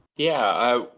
yeah.